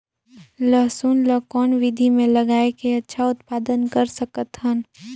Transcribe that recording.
लसुन ल कौन विधि मे लगाय के अच्छा उत्पादन कर सकत हन?